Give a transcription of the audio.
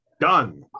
done